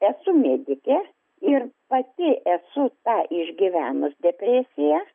esu medikė ir pati esu išgyvenus depresiją